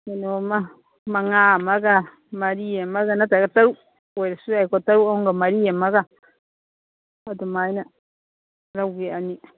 ꯀꯩꯅꯣꯃ ꯃꯉꯥꯃꯒ ꯃꯔꯤꯃꯒ ꯅꯠꯇ꯭ꯔꯒ ꯇꯔꯨꯛ ꯑꯣꯏꯔꯁꯨ ꯌꯥꯏꯀꯣ ꯇꯔꯨꯛ ꯑꯝꯒ ꯃꯔꯤ ꯑꯃꯒ ꯑꯗꯨꯃꯥꯏꯅ ꯂꯧꯒꯦ ꯑꯅꯤ